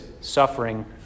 suffering